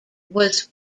was